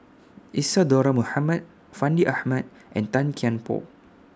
Isadhora Mohamed Fandi Ahmad and Tan Kian Por